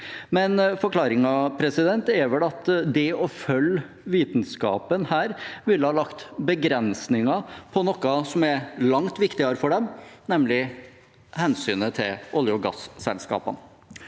meg. Forklaringen er vel at det å følge vitenskapen her ville ha lagt begrensninger på noe som er langt viktigere for dem, nemlig hensynet til oljeog gasselskapene.